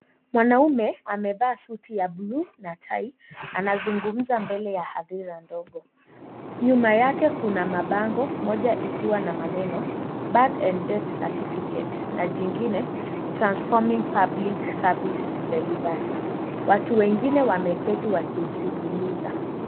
Mwanaume amevaa suti ya buluu na tai anazungumza mbele ya hadhira ndogo nyuma yake kuna mabango moja ikiwa na maneno birth and death certificate na jingine transforming public service delivery watu wengine wameketi wakimsikiliza.